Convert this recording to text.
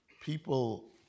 people